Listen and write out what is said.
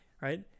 Right